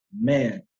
man